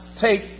take